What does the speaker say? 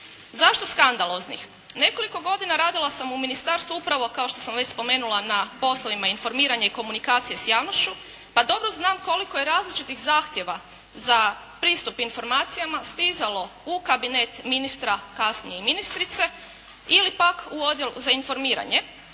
Zašto skandaloznih? Nekoliko godina radila sam u ministarstvu upravo kao što sam već spomenula na poslovima informiranja i komunikacije s javnošću, pa dobro znam koliko je različitih zahtjeva za pristup informacijama stizalo u kabinet ministra kasnije i ministrice, ili pak u Odjel za informiranje,